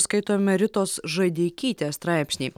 skaitome ritos žadeikytės straipsnį